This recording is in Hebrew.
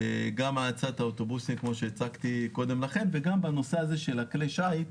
גם האצת האוטובוסים כפי שהצגתי קודם לכן וגם בנושא של כלי השייט,